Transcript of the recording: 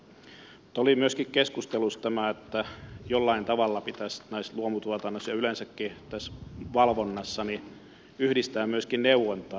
mutta oli myöskin keskustelussa tämä että jollain tavalla pitäisi luomutuotantoon ja yleensäkin tähän valvontaan yhdistää myöskin neuvontaa